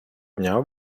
дня